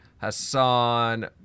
Hassan